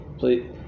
Please